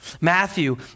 Matthew